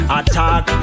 attack